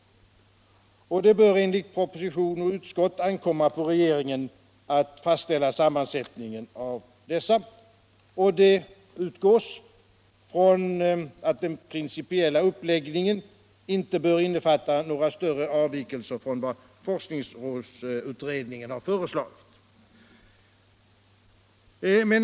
Det bör enligt proposi tionen och utskottet ankomma på regeringen att fastställa sammansättningen av dessa. Man utgår från att den principiella uppläggningen inte bör innefatta några större avvikelser från vad forskningsrådsutredningen föreslagit.